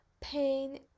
pain